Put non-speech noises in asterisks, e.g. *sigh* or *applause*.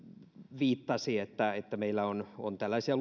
viittasi siihen että meillä on on tällaisia *unintelligible*